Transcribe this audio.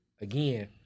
again